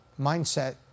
mindset